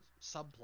subplot